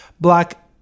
black